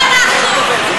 לא אנחנו.